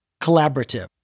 Collaborative